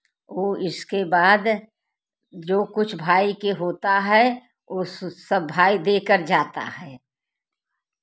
वो इसके बाद जो कुछ भाई के होता है उस सब भाई देकर जाता है